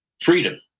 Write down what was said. freedom